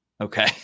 Okay